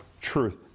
truth